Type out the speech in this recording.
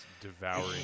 devouring